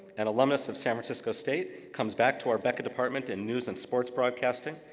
an alumnus of san francisco state, comes back to our beca department in news and sports broadcasting,